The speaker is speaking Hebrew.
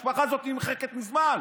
המשפחה הזו נמחקת מזמן.